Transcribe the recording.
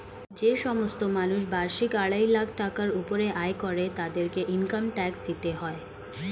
যে সমস্ত মানুষ বার্ষিক আড়াই লাখ টাকার উপরে আয় করে তাদেরকে ইনকাম ট্যাক্স দিতে হয়